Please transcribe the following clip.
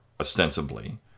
ostensibly